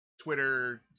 Twitter